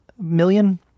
million